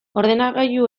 ordenagailu